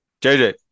JJ